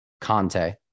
Conte